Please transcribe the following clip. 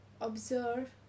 observe